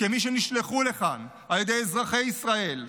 כמי שנשלחו לכאן על ידי אזרחי ישראל,